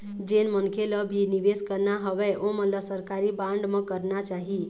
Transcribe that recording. जेन मनखे ल भी निवेस करना हवय ओमन ल सरकारी बांड म करना चाही